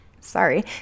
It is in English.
sorry